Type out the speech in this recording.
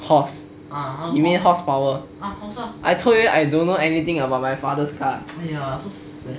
horse you mean horse power I told you I don't know anything about my father's car